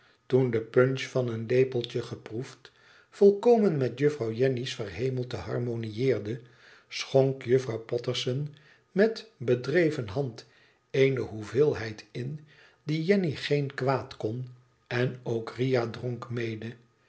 toen de punch van een lepeltje geproefd volkomen met juffrouw jenny s verhemelte harmonieerde schonk juffrouw potterson met bedreven hand eene hoeveelheid in die jenny geen kwaad kon en ook riah dronk mede